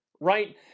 right